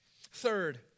Third